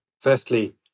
Firstly